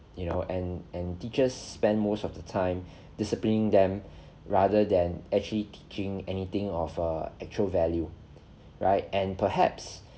you know and and teachers spend most of the time disciplining them rather than actually teaching anything of err actual value right and perhaps